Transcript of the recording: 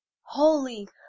Holy